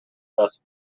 best